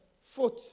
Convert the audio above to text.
foot